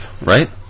right